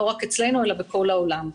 לא רק אצלנו אלא בכל העולם.